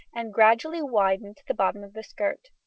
and gradually widened to the bottom of the skirt.